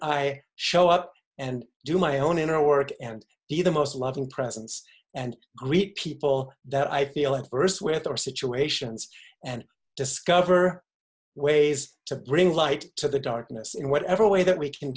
i show up and do my own inner work and he the most loving presence and greet people that i feel at first with their situations and discover ways to bring light to the darkness in whatever way that we